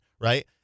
right